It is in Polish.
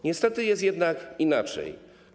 Niestety jest jednak inaczej.